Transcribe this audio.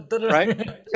Right